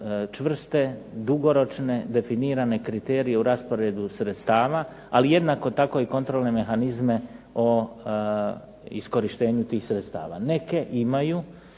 čvrste, dugoročne definirane kriterije u rasporedu sredstava, ali jednako tako i kontrolne mehanizme o iskorištenju tih sredstava. Neke imaju